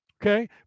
okay